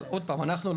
אבל עוד פעם,